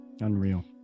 Unreal